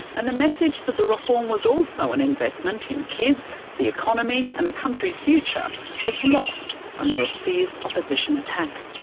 and the message that the reform was also an investment in kids, the economy and the country's future was lost under a fierce opposition attack.